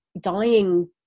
dying